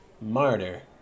Martyr